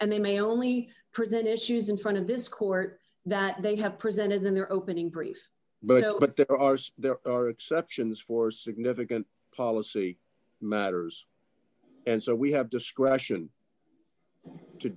and they may only present issues in front of this court that they have presented in their opening brief but ill but there are so there are exceptions for significant policy matters and so we have discretion to